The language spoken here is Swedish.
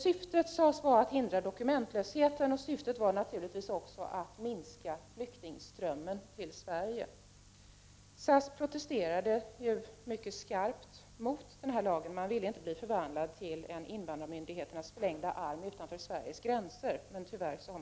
Syftet med lagen sades vara att hindra dokumentlösheten, och syftet var naturligtvis också att minska flyktingströmmen till Sverige. SAS protesterade mycket skarpt mot den här lagen. Bolaget ville inte bli förvandlat till en invandrarmyndigheternas förlängda arm utanför Sveriges gränser, men det har det tyvärr blivit.